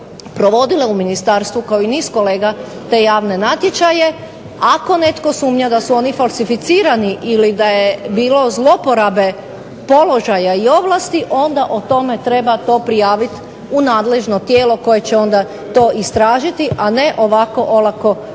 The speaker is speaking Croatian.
provodila u Ministarstvu kao i niz kolega te javne natječaje, ako netko sumnja da su oni falsificirani, da je bilo zloporabe položaja i ovlasti onda o tome treba to prijaviti u nadležno tijelo koje će to istražiti a ne ovako olako etiketirati.